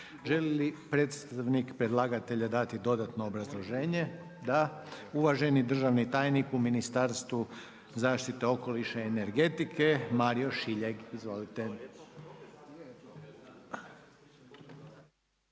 Želi li predstavnik predlagatelja dati dodatno obrazloženje? Da. Državni tajnik u Ministarstvu znanosti i obrazovanja, uvaženi Matko Glunčić. Izvolite.